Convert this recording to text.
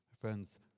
Friends